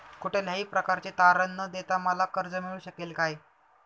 कुठल्याही प्रकारचे तारण न देता मला कर्ज मिळू शकेल काय?